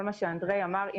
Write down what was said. כל מה שאנדרי אמר,